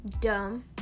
dumb